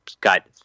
Got